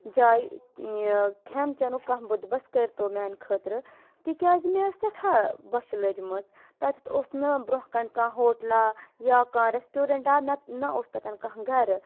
جایہِ کھیٚن چیٚنُک کانٛہہ بنٛدبَس کٔرتو میٛانہِ خٲطرٕ تِکیٛازِ مےٚ ٲس سؠٹھاہ بۄچھہِ لٔجمٕژ تَتؠتھ اوس نہٕ برونٛہہ کٔنۍ کانٛہہ ہوٹلا یا کانٛہہ ریسٹورَنٛٹ آ نتہٕ نہ اوس تَتؠن کانٛہہ گَرٕ